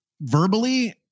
verbally